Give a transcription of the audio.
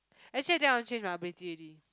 actually I want change my ability already